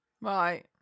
Right